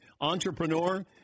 entrepreneur